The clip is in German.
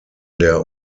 der